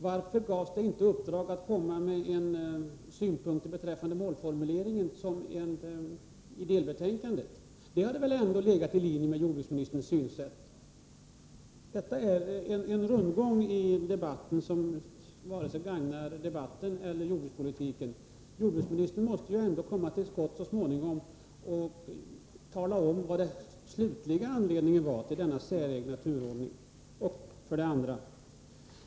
Varför gavs inte kommittén uppdraget att komma med synpunkter beträffande målformuleringen i delbetänkandet? Det hade väl ändå legat i linje med jordbruksministerns synsätt. Detta är en rundgång i debatten som inte gagnar vare sig debatten eller jordbrukspolitiken. Jordbruksministern måste ändå komma till skott så småningom och tala om, vad som var den slutliga anledningen till denna säregna turordning.